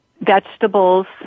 vegetables